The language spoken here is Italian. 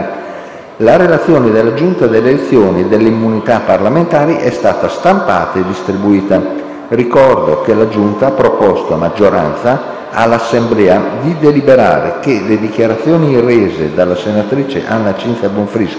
La relazione della Giunta delle elezioni e delle immunità parlamentari è stata stampata e distribuita. Ricordo che la Giunta ha proposto, a maggioranza, all'Assemblea di deliberare che le dichiarazioni rese dal signor Ciro